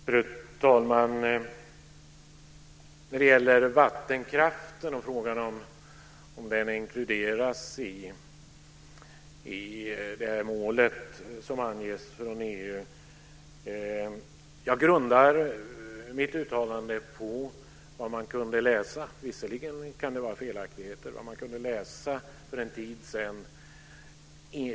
Fru talman! Först gällde det vattenkraften och frågan om den inkluderas i det mål som anges från EU. Jag grundar mitt uttalande på vad man kunde läsa i medierna för en tid sedan. Det kan visserligen vara felaktigheter.